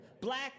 black